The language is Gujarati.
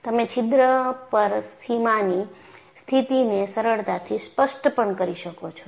તમે છિદ્ર પર સીમાની સ્થિતિને સરળતાથી સ્પષ્ટ પણ કરી શકો છો